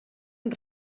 amb